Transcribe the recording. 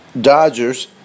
dodgers